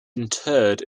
interred